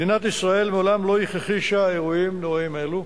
מדינת ישראל מעולם לא הכחישה אירועים נוראים אלו.